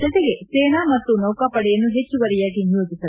ಜತೆಗೆ ಸೇನಾ ಮತ್ತು ನೌಕಾ ಪಡೆಯನ್ನು ಹೆಚ್ಚುವರಿಯಾಗಿ ನಿಯೋಜಿಸಲಾಗಿದೆ